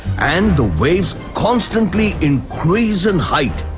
and the waves constantly increase in height.